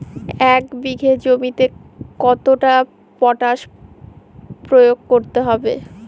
এক বিঘে জমিতে কতটা পটাশ প্রয়োগ করতে হবে?